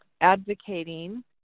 advocating